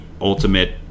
ultimate